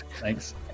thanks